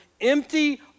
empty